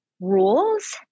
rules